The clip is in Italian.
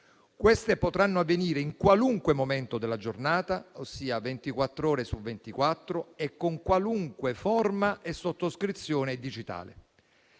Queste potranno avvenire in qualunque momento della giornata, ossia ventiquattr'ore su ventiquattro, e con qualunque forma e sottoscrizione digitale.